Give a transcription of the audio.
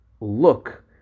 look